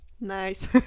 Nice